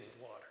water